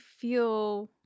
feel